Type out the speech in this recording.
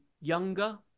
younger